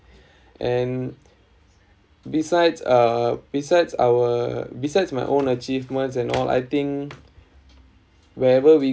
and besides uh besides our besides my own achievements and all I think wherever we